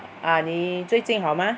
ah 你最近好吗